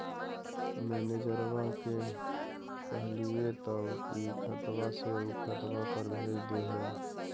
मैनेजरवा के कहलिऐ तौ ई खतवा से ऊ खातवा पर भेज देहै?